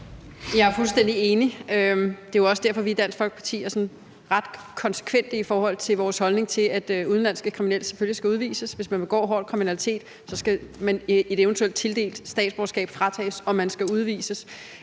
Jeg er fuldstændig enig. Det er jo også derfor, at vi i Dansk Folkeparti er ret konsekvente i forhold til vores holdning til, at udenlandske kriminelle selvfølgelig skal udvises. Hvis man begår hård kriminalitet, skal et eventuelt tildelt statsborgerskab fratages, og man skal udvises.